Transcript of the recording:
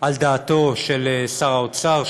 היא על דעתו של שר האוצר,